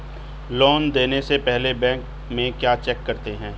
Loan देने से पहले बैंक में क्या चेक करते हैं?